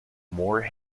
more